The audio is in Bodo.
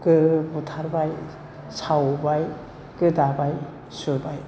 गो बुथारबाय सावबाय गोदाबाय सुबाय